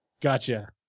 Gotcha